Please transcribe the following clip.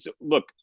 look